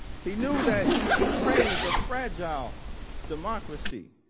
he knew that ukraine is a fragile democracy.